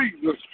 Jesus